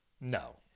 No